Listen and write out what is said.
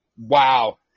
wow